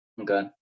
Okay